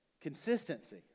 Consistency